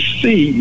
see